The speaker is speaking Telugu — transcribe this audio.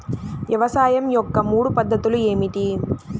వ్యవసాయం యొక్క మూడు పద్ధతులు ఏమిటి?